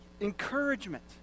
encouragement